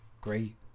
great